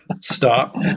stop